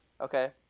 okay